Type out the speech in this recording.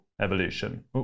evolution